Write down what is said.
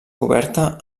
coberta